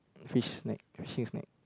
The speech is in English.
fish snack fishing snack